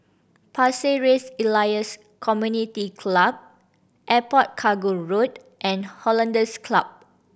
Pasir Ris Elias Community Club Airport Cargo Road and Hollandse Club